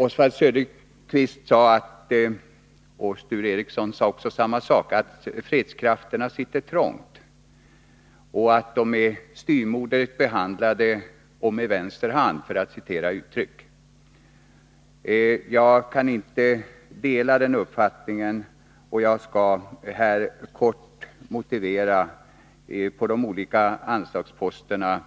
Oswald Söderqvist och Sture Ericson sade att fredskrafterna sitter trångt och att de behandlas styvmoderligt eller med vänster hand, för att nu återge några uttryck. Jag kan inte dela denna uppfattning, och jag skall vid en genomgång av de olika anslagsposterna